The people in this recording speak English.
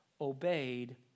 obeyed